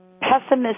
pessimistic